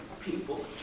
people